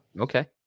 Okay